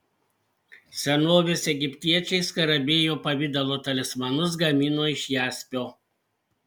senovės egiptiečiai skarabėjo pavidalo talismanus gamino iš jaspio